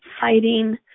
fighting